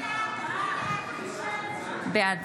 בעד